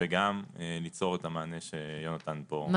וגם ליצור את המענה שיונתן פה --- מה